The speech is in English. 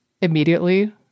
immediately